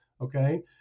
Okay